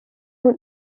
und